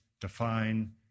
define